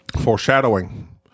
Foreshadowing